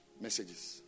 messages